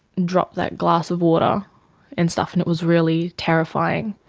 drop that glass of water and stuff and it was really terrifying.